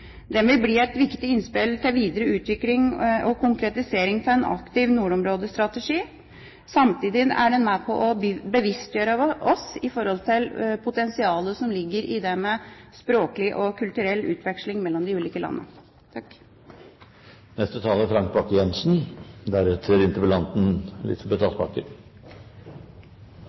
Den vil bli et viktig innspill til videre utvikling og konkretisering til en aktiv nordområdestrategi. Samtidig er den med på å bevisstgjøre oss i forhold til potensialet som ligger i det med språklig og kulturell utveksling mellom de ulike landene. Jeg vil begynne med å få takke interpellanten